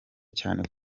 cyane